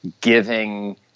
giving